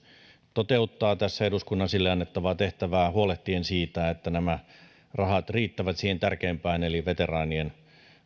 toteuttaa tässä eduskunnan sille antamaa tehtävää huolehtien siitä että nämä rahat riittävät siihen tärkeimpään eli veteraanien